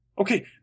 Okay